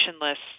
lists